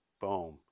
boom